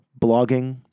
Blogging